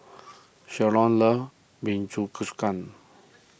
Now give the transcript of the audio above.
Shalon loves